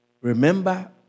remember